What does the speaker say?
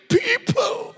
people